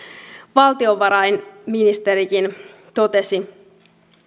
valtiovarainministerikin totesi